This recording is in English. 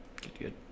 Good